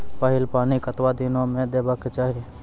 पहिल पानि कतबा दिनो म देबाक चाही?